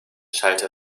schallte